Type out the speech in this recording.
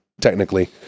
technically